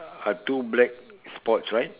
are two black spots right